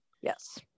Yes